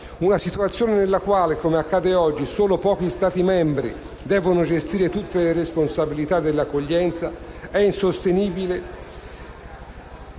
Una situazione come quella attuale, in cui pochi Stati membri devono gestire tutte le responsabilità dell'accoglienza, è insostenibile,